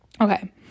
okay